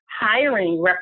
hiring